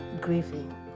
grieving